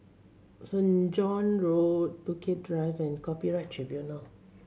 Saint John Road Bukit Drive and Copyright Tribunal